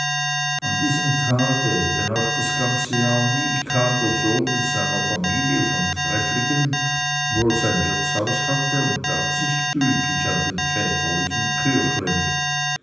an diesem tage wenn auch das ganze jahr nie kam der sohn mit seiner familie von frevlingen wo er sein wirtshaus hatte und tat sich gütlich an den väterlichen